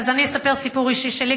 אני אספר סיפור אישי שלי,